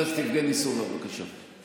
חבר הכנסת יבגני סובה, בבקשה.